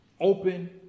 Open